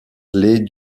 les